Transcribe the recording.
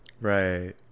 Right